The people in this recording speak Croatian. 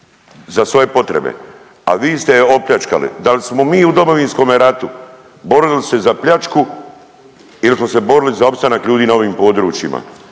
za svoje potrebe, a vi ste je opljačkali. Da li smo mi u Domovinskome ratu borili se za pljačku ili smo se borili za opstanak ljudi na ovim područjima.